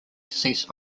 cease